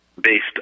based